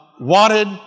wanted